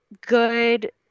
good